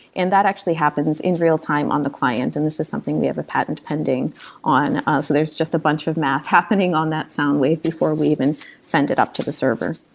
that actually happens in real-time on the client, and this is something we have a patent pending on. ah so there is just a bunch of math happening on that sound wave, before we even send it up to the server